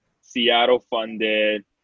Seattle-funded